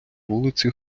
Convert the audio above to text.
вулиці